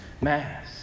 Mass